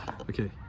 Okay